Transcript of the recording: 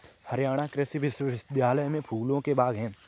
हरियाणा कृषि विश्वविद्यालय में फूलों के बाग हैं